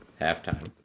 halftime